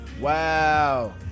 Wow